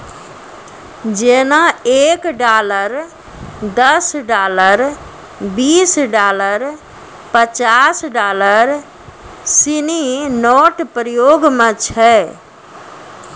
जेना एक डॉलर दस डॉलर बीस डॉलर पचास डॉलर सिनी नोट प्रयोग म छै